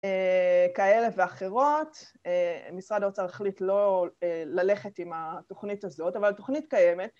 כאלה ואחרות, משרד האוצר החליט לא ללכת עם התוכנית הזאת, אבל תוכנית קיימת